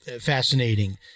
fascinating